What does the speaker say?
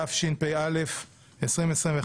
התשפ"א-2021,